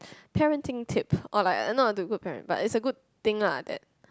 parenting tip or like not to good parent but is a good thing lah that